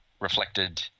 reflected